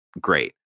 great